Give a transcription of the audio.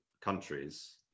countries